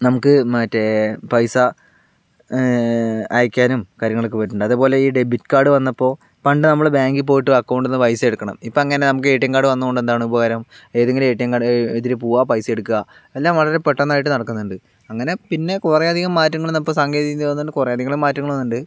നമുക്ക് മറ്റെ പൈസ അയക്കാനും കാര്യങ്ങളൊക്കെ പറ്റുന്നുണ്ട് അതേപോലെ ഈ ഡെബിറ്റ് കാർഡ് വന്നപ്പോൾ പണ്ട് നമ്മള് ബാങ്കിൽ പോയിട്ട് അക്കൗണ്ടീൽനിന്ന് പൈസ എടുക്കണം ഇപ്പോൾ അങ്ങനെ എ ടി എം കാർഡ് വന്നോണ്ടെന്താണുപകാരം ഏതെങ്കിലും എ ടി എം കടെ ഇതില് പോകുവ പൈസ എടുക്കുക എല്ലാം വളരെ പെട്ടെന്നായിട്ട് നടക്കുന്നുണ്ട് അങ്ങനെ പിന്നെ കുറെയധികം മാറ്റങ്ങള് പ്പോ സാങ്കേതിക വിദ്യ കൊണ്ട് കുറെയധികം മാറ്റങ്ങള് വന്നിട്ടുണ്ട്